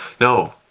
No